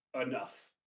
enough